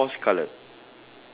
the seahorse colour